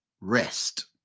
rest